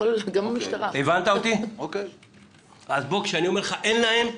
כשאני אומר "אין להם",